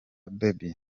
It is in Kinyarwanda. bobby